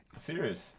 Serious